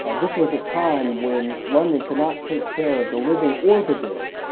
this was a time when london could not take care of the living or the dead.